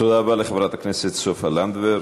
תודה רבה לחברת הכנסת סופה לנדבר.